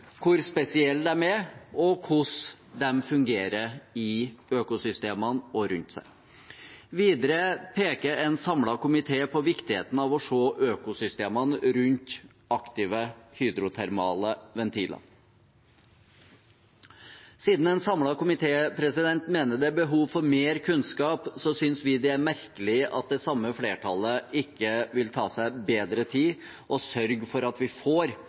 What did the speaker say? hvor spesielle de er, og hvordan de fungerer i økosystemene de har rundt seg. Videre peker en samlet komité på viktigheten av å se på økosystemene rundt aktive hydrotermale ventiler. Siden en samlet komité mener det er behov for mer kunnskap, synes vi det er merkelig at det samme flertallet ikke vil ta seg bedre tid og sørge for at vi får